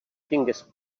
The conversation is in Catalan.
tingues